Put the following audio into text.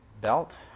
belt